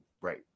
Right